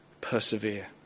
Persevere